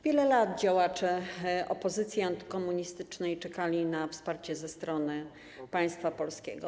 Wiele lat działacze opozycji antykomunistycznej czekali na wsparcie ze strony państwa polskiego.